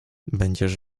będziesz